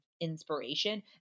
inspiration